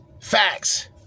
Facts